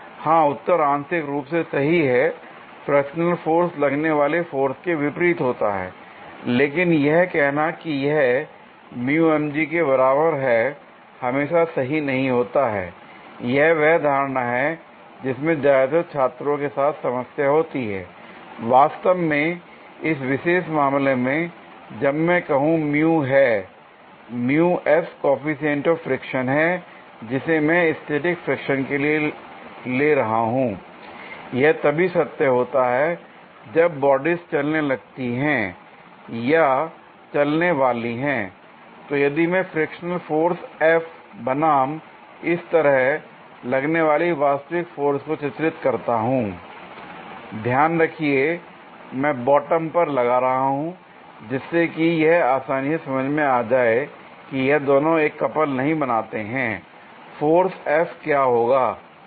हां उत्तर आंशिक रूप से सही है फ्रिक्शनल फोर्स लगने वाले फोर्स के विपरीत होता है l लेकिन यह कहना कि यह के बराबर है हमेशा सही नहीं होता है यह वह धारणा है जिसमें ज्यादातर छात्रों के साथ समस्या होती है l वास्तव में इस विशेष मामले में जब मैं कहूं है कॉएफिशिएंट आफ फ्रिक्शन है जिसे मैं स्टैटिक फ्रिक्शन के लिए ले रहा हूं l यह तभी सत्य होता है जब बॉडीज चलने लगती है या चलने वाली है l तो यदि में फ्रिक्शनल फोर्स F बनाम इस तरह लगने वाले वास्तविक फोर्स को चित्रित करता हूं l ध्यान रखिए मैं बॉटम पर लगा रहा हूं जिससे कि यह आसानी से समझ में आ जाए की यह दोनों एक कपल नहीं बनाते हैं l फोर्स F क्या होगा